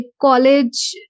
college